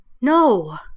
No